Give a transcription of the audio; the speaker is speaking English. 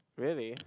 really